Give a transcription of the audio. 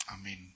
Amen